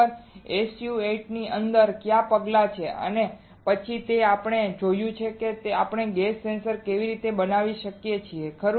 SU8 ની અંદર કયા પગલા છે પછી આપણે એ પણ જોયું છે કે આપણે ગેસ સેન્સર કેવી રીતે બનાવી શકીએ છીએ ખરું